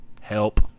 help